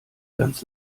ganz